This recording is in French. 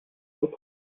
autre